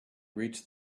reached